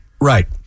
Right